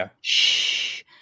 shh